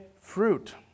fruit